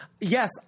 yes